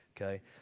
Okay